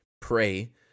pray